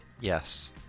Yes